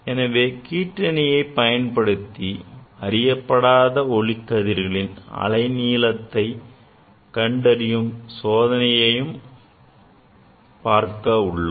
எனவே கீற்றணியை பயன்படுத்தி அறியப்படாத ஒளிக்கதிரின் அலை நீளத்தை கண்டறியும் சோதனை குறித்தும் பார்க்க உள்ளோம்